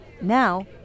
Now